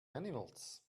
animals